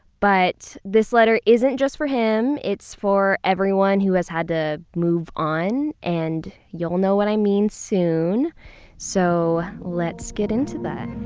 but this letter isn't just for him, it's for everyone who has had to move on, and you'll know what i mean soon so, let's get into that